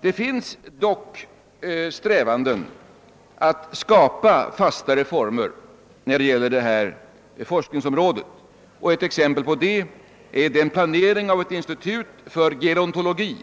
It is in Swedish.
Det finns dock strävanden att skapa fastare former på detta forskningsområde, och ett exempel på det är den planering av ett institut för gerontologi,